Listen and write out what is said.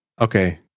Okay